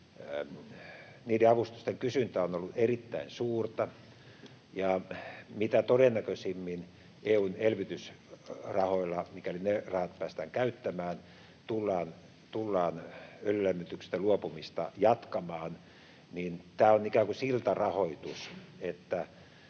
niiden avustusten kysyntä on ollut erittäin suurta ja kun mitä todennäköisimmin EU:n elvytysrahoilla, mikäli ne rahat päästään käyttämään, tullaan öljylämmityksestä luopumista jatkamaan, niin tämä on ikään kuin siltarahoitus, että